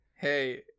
Hey